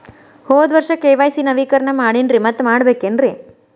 ಹೋದ ವರ್ಷ ಕೆ.ವೈ.ಸಿ ನವೇಕರಣ ಮಾಡೇನ್ರಿ ಮತ್ತ ಮಾಡ್ಬೇಕೇನ್ರಿ?